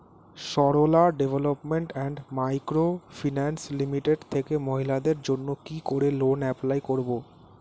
Sarala development and micro finance limited থেকে মহিলাদের জন্য কি করে লোন এপ্লাই করব?